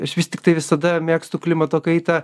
aš vis tiktai visada mėgstu klimato kaitą